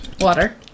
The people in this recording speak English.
Water